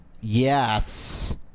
yes